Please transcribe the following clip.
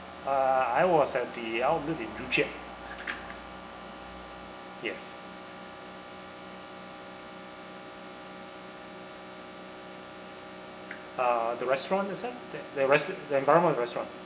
uh I was at the outlet in joo chiat yes uh the restaurant is that that the res~ the environment of the restaurant